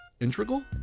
integral